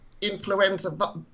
influenza